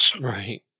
Right